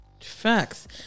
Facts